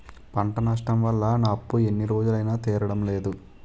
పంట నష్టం వల్ల నా అప్పు ఎన్ని రోజులైనా తీరడం లేదు